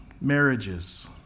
marriages